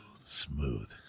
Smooth